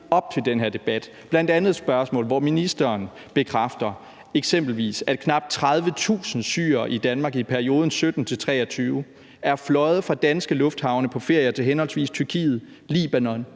op til den her debat, bl.a. spørgsmål, hvor ministeren eksempelvis bekræfter, at knap 30.000 syrere i Danmark i perioden 2017 til 2023 er fløjet fra danske lufthavne på ferie til Tyrkiet, Libanon,